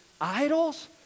idols